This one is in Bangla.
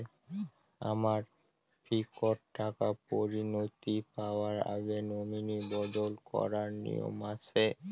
আমার ফিক্সড টাকা পরিনতি পাওয়ার আগে নমিনি বদল করার নিয়ম আছে?